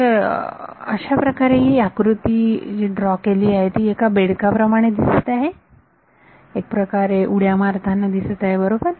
तर अशाप्रकारे ही आकृती ड्रॉ केलेली आहे ती एका बेडका प्रमाणे दिसत आहे एक प्रकारे उड्या मारताना दिसत आहे बरोबर